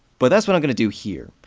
but that's what i'm gonna do here.